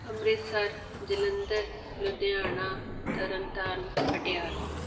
Amritsar Jalandhar Ludhiana Tarn Taran Patiala